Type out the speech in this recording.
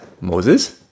Moses